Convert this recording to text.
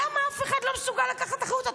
למה אף אחד לא מסוגל לקחת אחריות.